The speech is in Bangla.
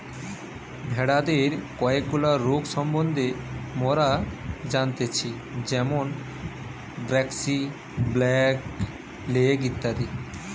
ভেড়াদের কয়েকগুলা রোগ সম্বন্ধে মোরা জানতেচ্ছি যেরম ব্র্যাক্সি, ব্ল্যাক লেগ ইত্যাদি